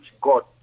God